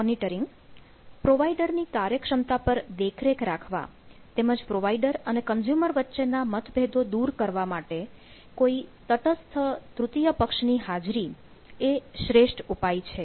monitoring provider ની કાર્યક્ષમતા પર દેખરેખ રાખવા તેમજ પ્રોવાઇડર અને કન્ઝ્યુમર વચ્ચેના મતભેદો દૂર કરવા માટે કોઈ તટસ્થ તૃતીય પક્ષ ની હાજરી એ શ્રેષ્ઠ ઉપાય છે